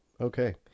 Okay